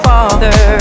Father